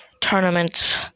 Tournament